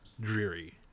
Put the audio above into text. dreary